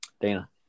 Dana